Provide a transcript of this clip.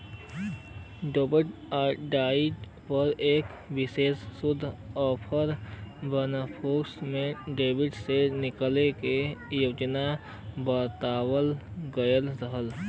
डेब्ट डाइट पर एक विशेष शोध ओपर विनफ्रेशो में डेब्ट से निकले क योजना बतावल गयल रहल